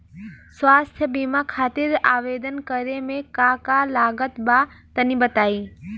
स्वास्थ्य बीमा खातिर आवेदन करे मे का का लागत बा तनि बताई?